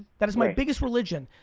that is my biggest religion.